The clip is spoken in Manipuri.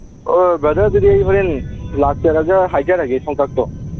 ꯑꯥ ꯕ꯭ꯔꯗꯔ ꯑꯗꯨꯗꯤ ꯑꯩ ꯍꯣꯔꯦꯟ ꯂꯥꯛꯆꯔꯒ ꯍꯥꯏꯖꯔꯒꯦ ꯁꯝꯀꯛꯇꯣ